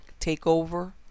takeover